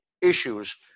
issues